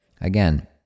again